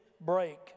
break